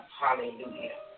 hallelujah